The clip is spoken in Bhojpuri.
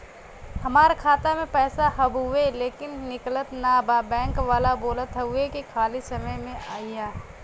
हमार खाता में पैसा हवुवे लेकिन निकलत ना बा बैंक वाला बोलत हऊवे की खाली समय में अईहा